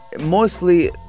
mostly